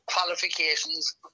qualifications